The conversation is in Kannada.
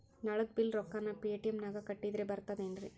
ನಳದ್ ಬಿಲ್ ರೊಕ್ಕನಾ ಪೇಟಿಎಂ ನಾಗ ಕಟ್ಟದ್ರೆ ಬರ್ತಾದೇನ್ರಿ?